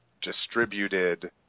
distributed